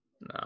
No